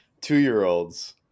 two-year-olds